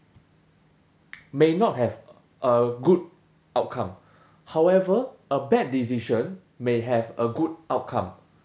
may not have a good outcome however a bad decision may have a good outcome